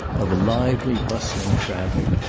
of a lively bustling traffic,